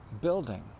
building